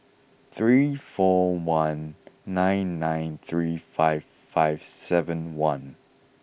three four one nine nine three five five seven one